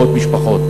מאות משפחות,